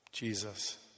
Jesus